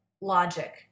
logic